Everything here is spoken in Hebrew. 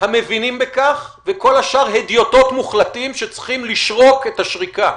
המבינים בכך וכל השאר הדיוטות מוחלטים שצריכים לשרוק את השריקה.